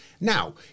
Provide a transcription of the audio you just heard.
Now